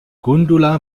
gundula